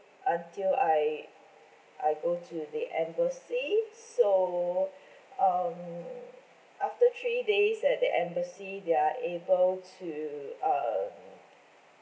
until I I go to the embassy so um after three days at the embassy they are able to um